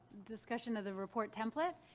discussion of the report template,